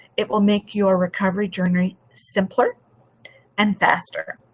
it will make your recovery journey simpler and faster.